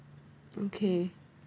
okay